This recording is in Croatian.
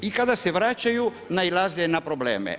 I kada se vraćaju nailaze na probleme.